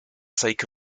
sake